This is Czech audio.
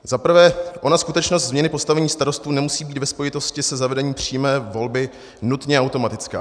Za prvé, ona skutečnost změny v postavení starostů nemusí být ve spojitosti se zavedením přímé volby nutně automatická.